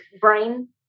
brain